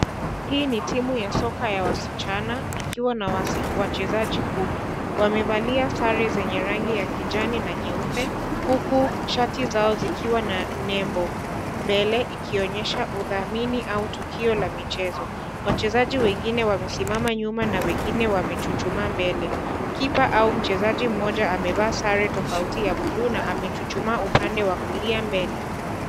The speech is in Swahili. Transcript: Hii ni timu ya soka ya wasichana ikiwa na wachezaji kumi, wamevalia sare zenye rangi ya kijani na nyeupe huku shati zao zikiwa na nembo mbele ikionyesha udhamini au tukio la michezo, wachezaji wengine wamesimama nyuma na wengine wamechuchumaa mbele, kipa au mchezaji mmoja amevaa sare tofauti ya buluu na amechuchumaa upande wa kulia mbele.